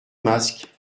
masque